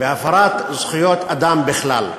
והפרת זכויות אדם בכלל.